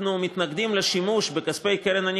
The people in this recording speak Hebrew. אנחנו מתנגדים לשימוש בכספי הקרן לשמירת